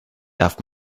darf